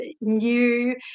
new